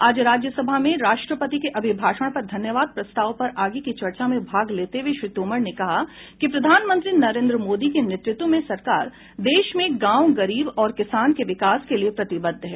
आज राज्यसभा में राष्ट्रपति के अभिभाषण पर धन्यवाद प्रस्ताव पर आगे की चर्चा में भाग लेते हुए श्री तोमर ने कहा कि प्रधानमंत्री नरेंद्र मोदी के नेतृत्व में सरकार देश में गांव गरीब और किसान के विकास के लिए प्रतिबद्ध है